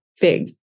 big